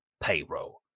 payroll